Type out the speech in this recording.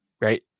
Right